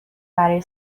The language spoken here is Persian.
برای